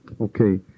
Okay